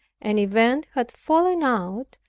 an event had fallen out,